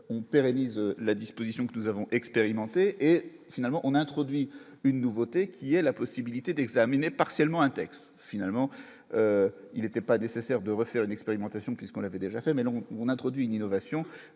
on pérennise la disposition que nous avons expérimenté et finalement on a introduit une nouveauté qui aient la possibilité d'examiner partiellement un texte finalement il était pas nécessaire de refaire une expérimentation puisqu'on avait déjà fait mais on introduit une innovation